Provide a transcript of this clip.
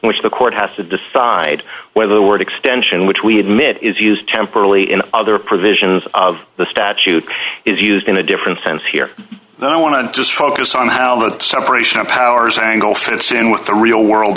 which the court has to decide whether the word extension which we admit is used temporarily in other provisions of the statute is used in a different sense here i want to just focus on how the separation of powers angle fits in with the real world